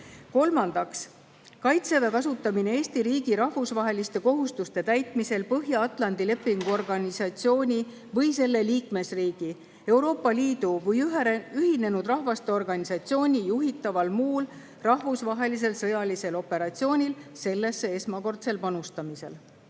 Kolmandaks, "Kaitseväe kasutamine Eesti riigi rahvusvaheliste kohustuste täitmisel Põhja-Atlandi Lepingu Organisatsiooni või selle liikmesriigi, Euroopa Liidu või Ühinenud Rahvaste Organisatsiooni juhitaval muul rahvusvahelisel sõjalisel operatsioonil sellesse esmakordsel panustamisel".